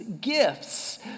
gifts